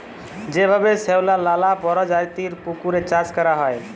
যেভাবে শেঁওলার লালা পরজাতির পুকুরে চাষ ক্যরা হ্যয়